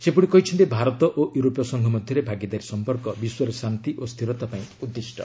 ସେ କହିଛନ୍ତି ଭାରତ ଓ ୟୁରୋପୀୟ ସଂଘ ମଧ୍ୟରେ ଭାଗିଦାରୀ ସଂପର୍କ ବିଶ୍ୱରେ ଶାନ୍ତି ଓ ସ୍ଥିରତା ପାଇଁ ଉଦ୍ଦିଷ୍ଟ